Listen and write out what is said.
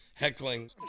heckling